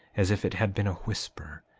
as if it had been a whisper,